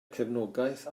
cefnogaeth